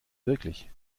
wirklich